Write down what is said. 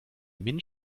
minh